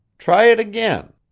try it again.